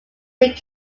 big